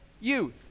youth